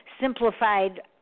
simplified